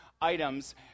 items